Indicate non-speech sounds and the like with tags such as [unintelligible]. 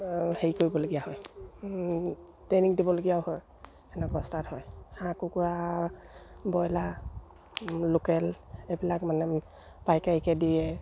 হেৰি কৰিবলগীয়া হয় ট্ৰেইনিং দিবলগীয়াও হয় [unintelligible] হয় হাঁহ কুকুৰা ব্ৰইলাৰ লোকেল এইবিলাক মানে পায়কাৰিকে দিয়ে